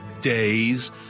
days